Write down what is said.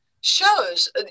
shows